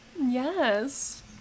yes